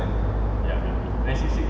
ya maybe